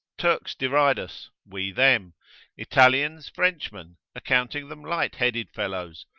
turks deride us, we them italians frenchmen, accounting them light headed fellows,